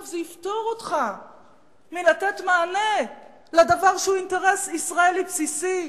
כי אולי עכשיו זה יפטור אותך מלתת מענה לדבר שהוא אינטרס ישראלי בסיסי,